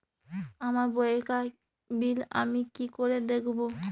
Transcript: আমার বকেয়া বিল আমি কি করে দেখব?